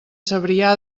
cebrià